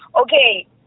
okay